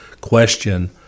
question